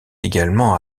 également